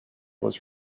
was